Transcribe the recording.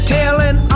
telling